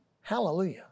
Hallelujah